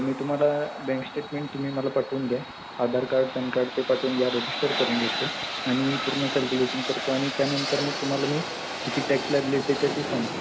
मी तुम्हाला bank statement तुम्ही मला पाठवून द्या आधार कार्ड पॅन कार्ड ते पाठवून द्या रजिस्टर करून घेतो आणि पूर्ण कॅल्क्युलेशन करतो आणि त्यानंतर मग तुम्हाला मी किती टॅक्स लागले आहे तिथे ते सांगतो